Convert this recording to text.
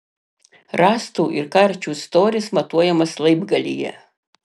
rąstų ir karčių storis matuojamas laibgalyje